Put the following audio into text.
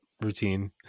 routine